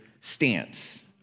stance